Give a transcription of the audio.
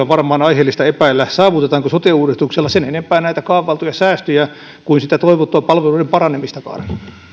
varmaan aiheellista epäillä saavutetaanko sote uudistuksella sen enempää näitä kaavailtuja säästöjä kuin sitä toivottua palveluiden paranemistakaan